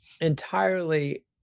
entirely